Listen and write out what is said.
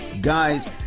guys